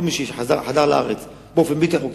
כל מי שחדר לארץ באופן בלתי חוקי,